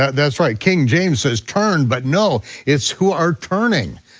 that's right, king james says turn, but no, it's who are turning,